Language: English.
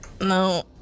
No